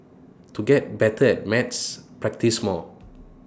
to get better at maths practise more